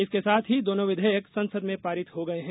इसके साथ ही दोनों विधेयक संसद से पारित हो गए हैं